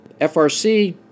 FRC